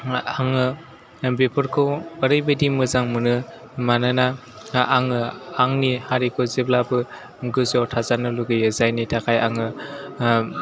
मा आङो बेफोरखौ एरैबायदि मोजां मोनो मानोना आङो आंनि हारिखौ जेब्लाबो गोजौआव थाजानो लुबैयो जायनि थाखाय आङो